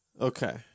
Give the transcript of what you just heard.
Okay